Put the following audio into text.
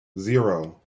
zero